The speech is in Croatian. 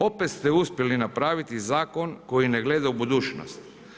Opet ste uspjeli napraviti zakon koji ne gleda u budućnost.